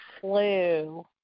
flu